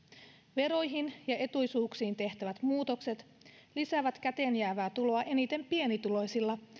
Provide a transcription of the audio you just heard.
veroihin ja etuisuuksiin tehtävät muutokset lisäävät käteenjäävää tuloa eniten pienituloisilla